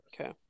Okay